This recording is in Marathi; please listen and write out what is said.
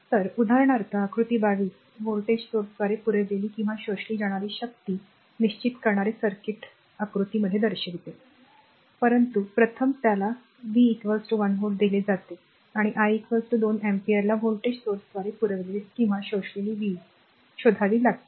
तर उदाहरणार्थ आकृती 22 व्होल्टेज स्त्रोताद्वारे पुरवलेली किंवा शोषली जाणारी शक्ती निश्चित करणारे सर्किट आकृती दर्शवते परंतु प्रथम त्याला V 1 व्होल्ट दिले जाते आणि I 2 अँपिअरला व्होल्टेज स्त्रोताद्वारे पुरवलेली किंवा शोषलेली वीज शोधावी लागते